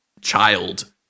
child